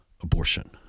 abortion